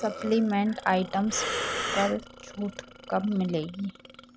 supplement items पर छूट कब मिलेगी